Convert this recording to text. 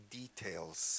details